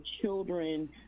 children